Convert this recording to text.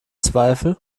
zweifel